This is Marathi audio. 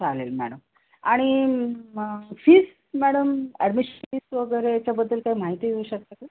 चालेल मॅडम आणि म फीस मॅडम ॲडमिशन फीस वगैरे याच्याबद्दल काही माहिती येऊ शकता का